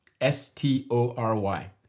S-T-O-R-Y